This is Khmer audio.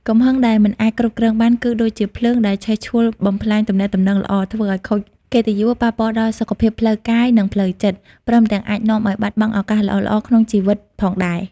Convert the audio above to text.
កំហឹងដែលមិនអាចគ្រប់គ្រងបាន គឺដូចជាភ្លើងដែលឆេះឆួលបំផ្លាញទំនាក់ទំនងល្អ ធ្វើឱ្យខូចកិត្តិយស ប៉ះពាល់ដល់សុខភាពផ្លូវកាយ និងផ្លូវចិត្ត ព្រមទាំងអាចនាំឱ្យបាត់បង់ឱកាសល្អៗក្នុងជីវិតផងដែរ។